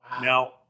Now